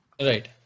Right